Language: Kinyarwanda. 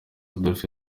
adolphe